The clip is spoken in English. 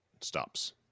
stops